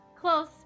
close